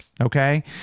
Okay